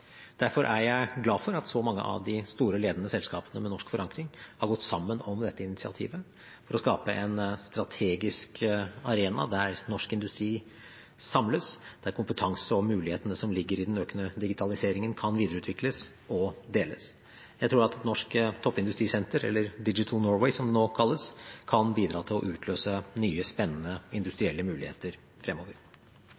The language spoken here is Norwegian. Derfor er jeg glad for at så mange av de store, ledende selskapene med norsk forankring har gått sammen om dette initiativet for å skape en strategisk arena der norsk industri samles, der kompetanse på mulighetene som ligger i den økende digitaliseringen, kan videreutvikles og deles. Jeg tror at et norsk toppindustrisenter, eller Digital Norway, som det nå kalles, kan bidra til å utløse nye spennende